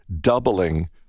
doubling